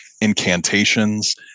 incantations